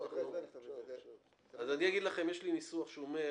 יש לי ניסוח שאומר